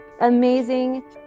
amazing